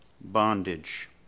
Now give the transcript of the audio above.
bondage